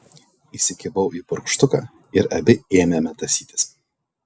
įsikibau į purkštuką ir abi ėmėme tąsytis